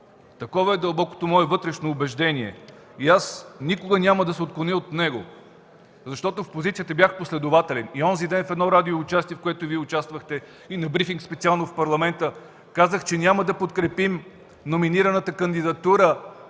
Такова е дълбокото мое вътрешно убеждение и аз никога няма да се отклоня от него, защото в позицията бях последователен. Онзи ден в едно радиоучастие, в което участвахте и Вие, и на брифинг в Парламента казах, че няма да подкрепим номинираната кандидатура,